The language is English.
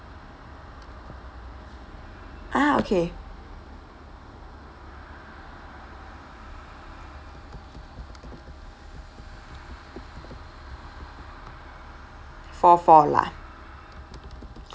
ah okay for four lah